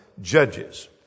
Judges